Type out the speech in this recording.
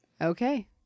Okay